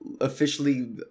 officially